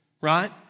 right